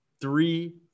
three